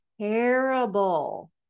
terrible